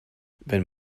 wenn